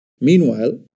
Meanwhile